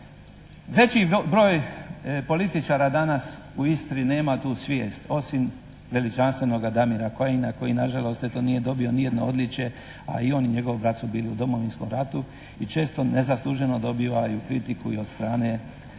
Veći broj političara danas u Istri nema tu svijest, osim veličanstvenoga Damira Kajina koji nažalost eto nije dobio ni jedno odličje, a i on i njegov brat su bili u Domovinskom ratu i često ne zasluženo dobivaju kritiku i od strane čestitih